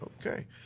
Okay